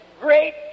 great